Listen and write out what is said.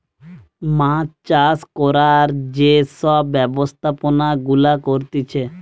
মাছ চাষ করার যে সব ব্যবস্থাপনা গুলা করতিছে